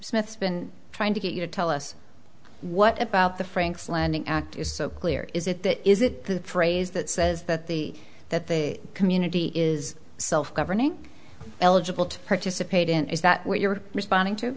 been trying to get you to tell us what about the frank's landing act is so clear is it that is it the phrase that says that the that the community is self governing eligible to participate in is that what you are responding to